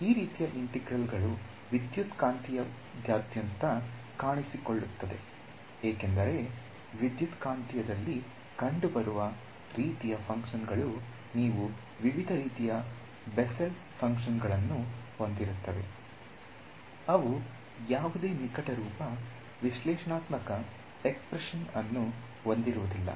ಈ ರೀತಿಯ ಇಂಟೆಗ್ರಲ್ ಗಳು ವಿದ್ಯುತ್ಕಾಂತೀಯದಾದ್ಯಂತ ಕಾಣಿಸಿಕೊಳ್ಳುತ್ತವೆ ಏಕೆಂದರೆ ವಿದ್ಯುತ್ಕಾಂತೀಯದಲ್ಲಿ ಕಂಡುಬರುವ ರೀತಿಯ ಫಂಕ್ಷನ್ಗಳು ನೀವು ವಿವಿಧ ರೀತಿಯ ಬೆಸೆಲ್ ಫಂಕ್ಷನ್ಗಳನ್ನು ಹೊಂದಿರುತ್ತವೆ ಅವು ಯಾವುದೇ ನಿಕಟ ರೂಪ ವಿಶ್ಲೇಷಣಾತ್ಮಕ ಎಕ್ಸ್ಪ್ರೆಷನ್ ಅನ್ನು ಹೊಂದಿರುವುದಿಲ್ಲ